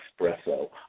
espresso